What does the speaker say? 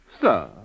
Sir